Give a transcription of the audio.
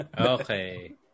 Okay